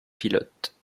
pilote